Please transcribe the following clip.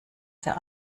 der